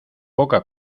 poca